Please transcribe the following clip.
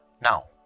Now